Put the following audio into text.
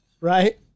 right